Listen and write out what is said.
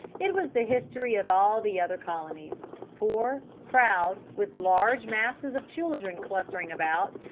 it was the history of all the other colonies poor, proud, with large masses of children clustering about,